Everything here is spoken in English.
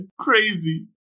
crazy